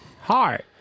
Hi